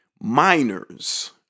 miners